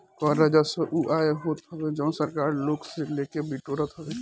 कर राजस्व उ आय होत हवे जवन सरकार लोग से लेके बिटोरत हवे